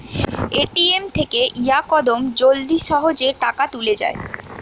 ATM থেকে ইয়াকদম জলদি সহজে টাকা তুলে যায়